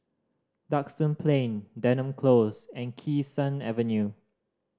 Duxton Plain Denham Close and Kee Sun Avenue